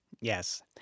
Yes